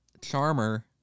Charmer